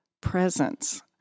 presence